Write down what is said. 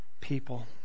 people